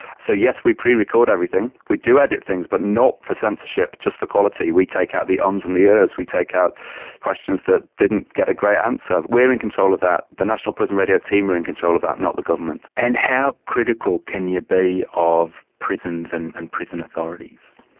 so yes, we prerecord everything, we do edit things, but not for censorship, just for quality, we take out the ums and the ahs, we take out questions that didn't get a great answer. but we are in control of that, the national prison radio team are in control of that, and not the government. and how critical can you be of prisons and and prison authorities?